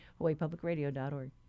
HawaiiPublicRadio.org